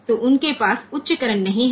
तो उनके पास उच्च करंट नहीं है